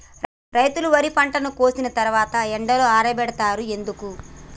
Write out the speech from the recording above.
రైతులు వరి పంటను కోసిన తర్వాత ఎండలో ఆరబెడుతరు ఎందుకు?